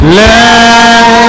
let